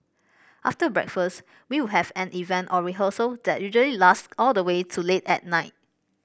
after breakfast we would have an event or rehearsal that usually lasts all the way to late at night